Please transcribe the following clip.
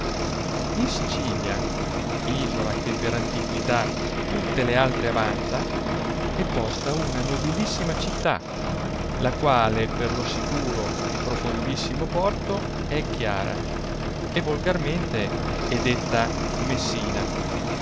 sicilia isola che per antiquità tutte le altre avanza è posta una nobilissima città la quale per lo sicuro e profondissimo porto è chiara e volgarmente è detta messina